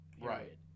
Right